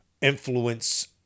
influence